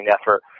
effort